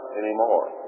anymore